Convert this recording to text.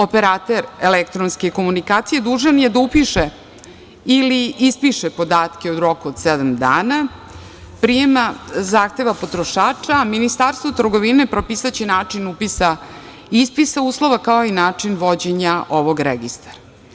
Operater elektronske komunikacije dužan je da upiše ili ispiše podatke u roku od sedam dana prijema zahteva potrošača, a Ministarstvo trgovine propisaće način upisa i ispisa uslova, kao i način vođenja ovog registra.